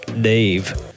Dave